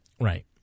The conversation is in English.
Right